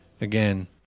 Again